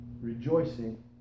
rejoicing